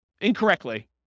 incorrectly